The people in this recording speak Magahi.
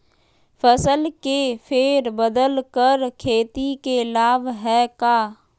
फसल के फेर बदल कर खेती के लाभ है का?